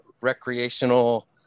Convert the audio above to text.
recreational